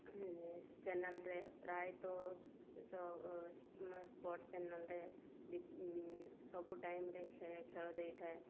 ଚ୍ୟାନେଲରେ ପ୍ରାୟତଃ ସ୍ପଟ୍ ଚ୍ୟାନେଲରେ ସବୁ ଟାଇମ୍ରେ ଖେଳ ଦେଇଥାଏ